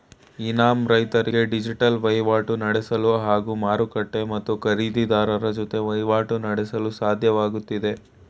E NAM ರೈತರಿಗೆ digital ವಹಿವಾಟು ನಡೆಸಲು ಹಾಗೂ ಮಾರುಕಟ್ಟೆ ಮತ್ತು ಖರೀದಿರಾರರ ಜೊತೆ ವಹಿವಾಟು ನಡೆಸಲು ಸಾಧ್ಯವಾಗ್ತಿದೆ